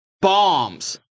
bombs